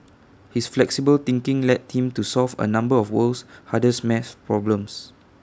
his flexible thinking led him to solve A number of the world's hardest math problems